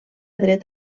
dret